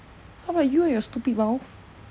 !huh! but you and your stupid mouth